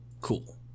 cool